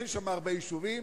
אין שם הרבה יישובים,